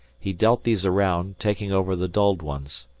he dealt these around, taking over the dulled ones.